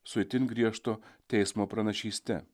su itin griežto teismo pranašyste